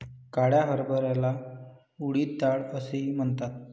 काळ्या हरभऱ्याला उडीद डाळ असेही म्हणतात